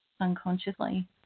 unconsciously